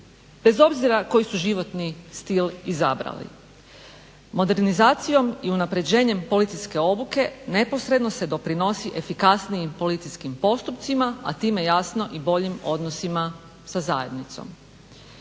bez obzira koji su životni stil izabrali. Modernizacijom i unapređenjem policijske obuke neposredno se doprinosi efikasnijim policijskim postupcima, a time jasno i boljim odnosima sa zajednicom.